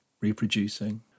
reproducing